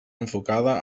enfocada